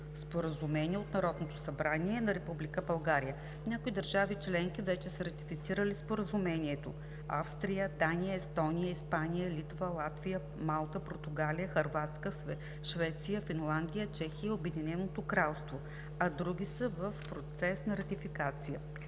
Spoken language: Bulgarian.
споразумение от Народното събрание на Република България. Някои държави членки вече са ратифицирали Споразумението – Австрия, Дания, Естония, Испания, Литва, Латвия, Малта, Португалия, Хърватска, Швеция, Финландия, Чехия и Обединено кралство, а други са в процес на ратификация.